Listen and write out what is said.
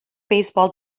baseball